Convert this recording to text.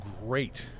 great